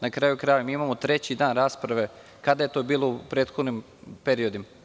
Na kraju krajeva, mi imamo treći dan rasprave, a kada je to bilo u prethodnim periodima.